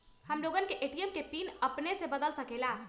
हम लोगन ए.टी.एम के पिन अपने से बदल सकेला?